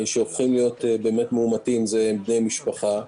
שהופכים להיות מאומתים הם בני משפחה,